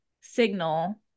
signal